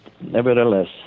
nevertheless